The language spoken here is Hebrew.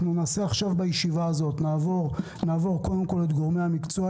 בישיבה הזאת ניתן לגורמי המקצוע,